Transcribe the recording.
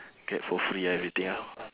get for free everything ah